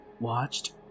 watched